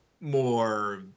more